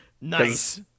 nice